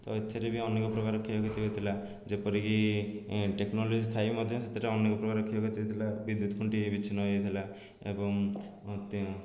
ତ ଏଥିରେ ବି ଅନେକ ପ୍ରକାର କ୍ଷୟକ୍ଷତି ହୋଇଥିଲା ଯେପରିକି ଟେକ୍ନୋଲୋଜି ଥାଇ ମଧ୍ୟ ସେଥିରେ ଅନେକ ପ୍ରକାରର କ୍ଷୟକ୍ଷତି ହୋଇଥିଲା ବିଦ୍ୟୁତ୍ ଖୁଣ୍ଟି ବିଚ୍ଛିନ୍ନ ହେଇଯାଇଥିଲା ଏବଂ ମଧ୍ୟ